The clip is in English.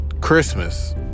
Christmas